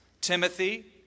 Timothy